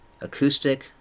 acoustic